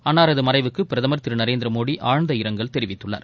அன்னாரது மறைவுக்கு பிரதமர் திரு நரேந்திரமோடி ஆழ்ந்த இரங்கல் தெரிவித்துள்ளார்